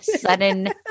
sudden